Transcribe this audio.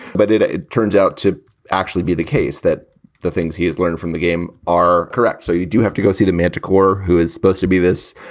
but it it turns out to actually be the case that the things he's learned from the game are correct. so you do have to go see the manticore, who is supposed to be this,